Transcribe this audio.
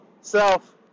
self